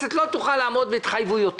הכנסת לא תוכל לעמוד בהתחייבויותיה.